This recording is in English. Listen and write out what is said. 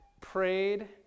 prayed